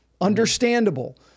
Understandable